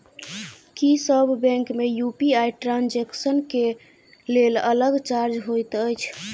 की सब बैंक मे UPI transaction केँ लेल अलग चार्ज होइत अछि?